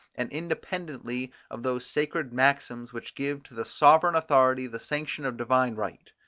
and independently of those sacred maxims which give to the sovereign authority the sanction of divine right.